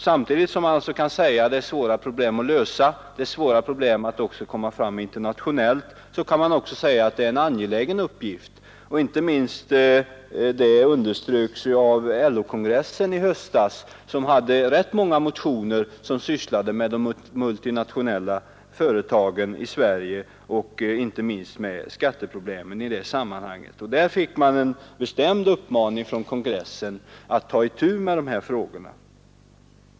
Samtidigt som man alltså kan säga att problemen är svåra att lösa både för oss i Sverige och internationellt kan man också säga att uppgiften att verkligen göra det är angelägen. Det underströks inte minst av LO-kongressen i höstas. Ganska många motioner behandlade de multinationella företagen i Sverige och skatteproblemen i samband med dem, och kongressen uttalade sig bestämt för att man skulle ta itu med frågorna.